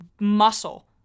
muscle